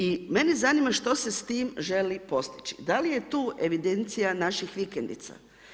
I mene zanima što se s tim želi postići, da li je tu evidencija naših vikendica.